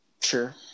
Sure